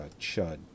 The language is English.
Chud